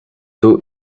two